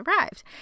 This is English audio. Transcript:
arrived